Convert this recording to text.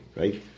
right